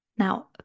Now